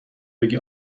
بگی